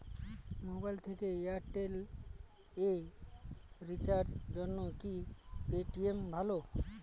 Mobile থেকে Airtel এ রিচার্জের জন্য কি পেটিএম ভালো?